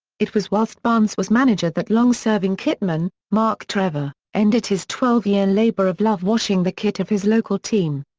it was whilst barnes was manager that long serving kitman, mark trevor, ended his twelve year labour of love washing the kit of his local team.